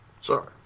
sorry